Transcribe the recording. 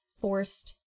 forced